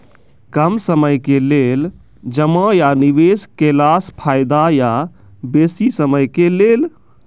कम समय के लेल जमा या निवेश केलासॅ फायदा हेते या बेसी समय के लेल?